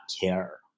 care